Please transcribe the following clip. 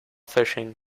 fishing